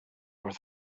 were